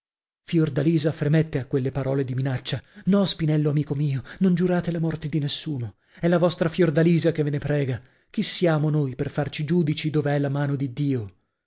malefico fiordalisa fremette a quelle parole di minaccia no spinello amico mio non giurate la morte di nessuno è la vostra fiordalisa che ve ne prega chi siamo noi per farci giudici dov'è la mano di dio